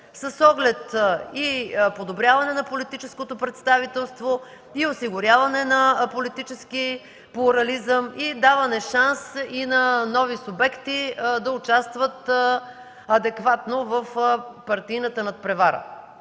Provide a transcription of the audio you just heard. с оглед и подобряване на политическото представителство, осигуряване на политически плурализъм, и даване на шанс на нови субекти да участват адекватно в партийната надпревара.